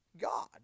God